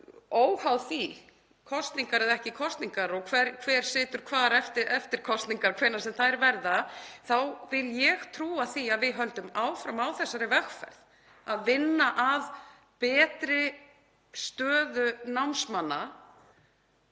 það verða kosningar eða ekki kosningar og hver situr hvar eftir kosningar, hvenær sem þær verða, þá vil ég trúa því að við höldum áfram á þeirri vegferð að vinna að betri stöðu námsmanna